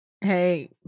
Hey